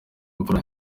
imfura